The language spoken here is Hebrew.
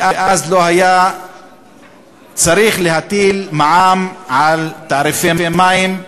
ואז לא היה צריך להטיל מע"מ על תעריפי מים,